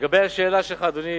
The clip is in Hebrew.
לגבי השאלה שלך, אדוני